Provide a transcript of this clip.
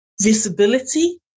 visibility